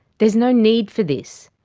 there's no need for this.